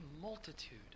multitude